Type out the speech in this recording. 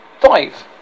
five